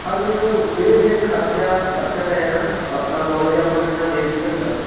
ਪਰ ਵੀਰੇ ਫਿਰ ਖਰਚਾ ਖਰਚਾ ਪੈ ਜਾਣਾ ਨਾ ਆਪਣਾ ਕਾਲਜ ਆਪਾਂ ਨੂੰ ਇੰਨਾਂ ਦੇਰ ਨਹੀਂ ਲੱਗਾ